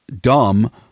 dumb